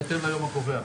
בהתאם ליום הקובע.